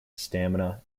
stamina